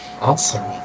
Awesome